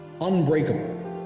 unbreakable